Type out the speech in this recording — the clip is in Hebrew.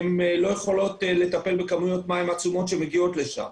הן לא יכולות לטפל בכמויות מים עצומות שמגיעות לשם.